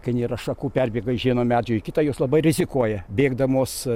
kai nėra šakų perbėga iš vieno medžio į kitą jos labai rizikuoja bėgdamos